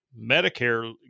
Medicare